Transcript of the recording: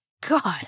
God